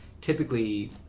typically